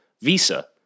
Visa